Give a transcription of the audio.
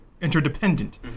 interdependent